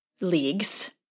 leagues